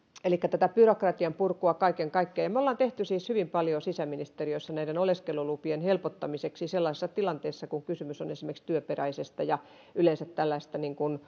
elikkä tätä byrokratian purkua kaiken kaikkiaan me olemme tehneet siis hyvin paljon sisäministeriössä näiden oleskelulupien helpottamiseksi sellaisissa tilanteissa kun kysymys on esimerkiksi työperäisestä ja yleensä tällaisesta